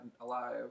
alive